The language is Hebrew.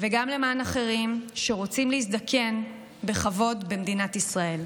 וגם למען אחרים שרוצים להזדקן בכבוד במדינת ישראל.